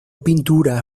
pintura